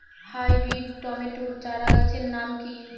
Hybrid tomato চারাগাছের নাম কি?